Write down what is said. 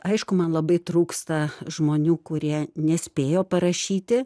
aišku man labai trūksta žmonių kurie nespėjo parašyti